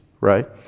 right